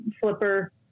flipper